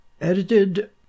edited